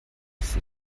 ist